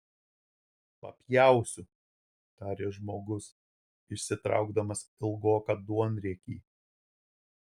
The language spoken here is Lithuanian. papjausiu tarė žmogus išsitraukdamas ilgoką duonriekį